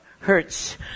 hurts